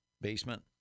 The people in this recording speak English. basement